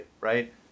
right